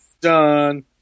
done